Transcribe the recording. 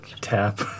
Tap